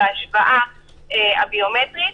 בהשוואה הביומטרית.